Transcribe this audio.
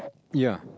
ya